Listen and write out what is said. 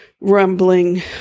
rumbling